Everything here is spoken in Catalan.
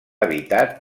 habitat